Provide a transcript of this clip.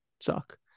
suck